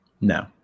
No